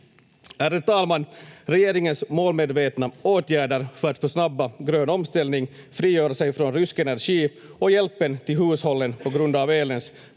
Ärade talman! Regeringens målmedvetna åtgärder för att försnabba grön omställning, frigöra sig från rysk energi och hjälpen till hushållen på grund av elens